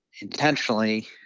intentionally